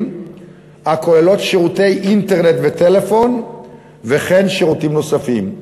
הכוללות שירותי אינטרנט וטלפון וכן שירותים נוספים,